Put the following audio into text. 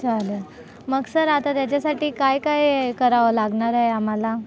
चालेल मग सर आता त्याच्यासाठी काय काय करावं लागणार आहे आम्हाला